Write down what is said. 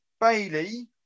Bailey